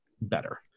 better